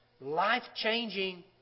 life-changing